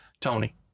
Tony